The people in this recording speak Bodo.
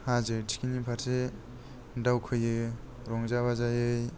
हाजो थिखिनि फारसे दावखोयो रंजा बाजायै